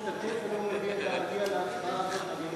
אני לא משתתף ולא מביע את דעתי על ההצבעה הזאת,